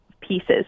pieces